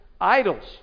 idols